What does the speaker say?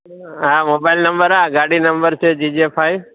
હા mobile number આ ગાડી નંબર છે જી જે ફાઇવ